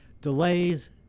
delays